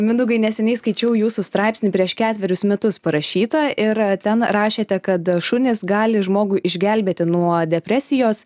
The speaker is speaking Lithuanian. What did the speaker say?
mindaugai neseniai skaičiau jūsų straipsnį prieš ketverius metus parašytą ir ten rašėte kad šunys gali žmogų išgelbėti nuo depresijos